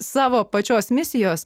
savo pačios misijos